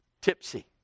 Tipsy